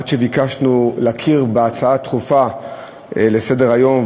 עד שביקשנו להכיר בהצעה דחופה לסדר-היום,